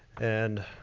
and